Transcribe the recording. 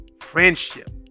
Friendship